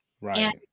Right